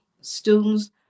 students